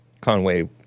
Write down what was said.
Conway